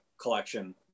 collection